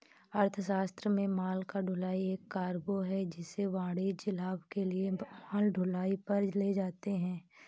अर्थशास्त्र में माल ढुलाई एक कार्गो है जिसे वाणिज्यिक लाभ के लिए माल ढुलाई पर ले जाते है